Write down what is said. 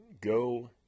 Go